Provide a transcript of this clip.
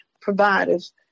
providers